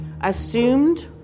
assumed